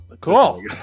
Cool